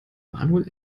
manuel